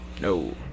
no